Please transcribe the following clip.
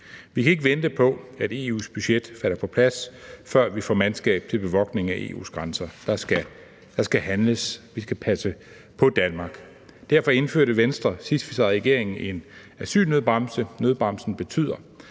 Vi kan ikke vente på, at EU's budget falder på plads, før vi får mandskab til bevogtning af EU's grænser. Der skal handles. Vi skal passe på Danmark. Derfor indførte Venstre sidst, vi sad i regering, en asylnødbremse. Nødbremsen betyder,